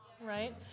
right